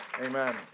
Amen